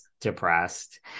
depressed